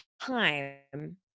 time